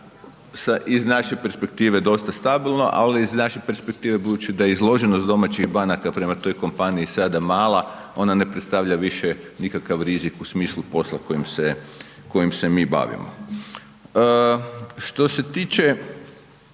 iz naše perspektive dosta stabilno. Ali s naše perspektive budući da je izloženost domaćih banaka prema toj kompaniji sada mala ona ne predstavlja više nikakav rizik u smislu posla kojim se mi bavimo. Što se tiče